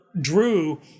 Drew